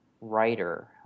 writer